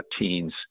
teens